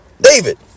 David